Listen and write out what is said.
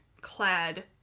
clad